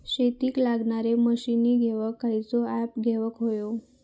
शेतीक लागणारे मशीनी घेवक खयचो ऍप घेवक होयो?